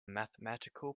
mathematical